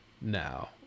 now